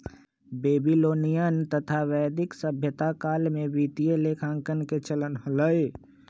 Babylonian तथा वैदिक सभ्यता काल में वित्तीय लेखांकन के चलन हलय